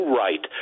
right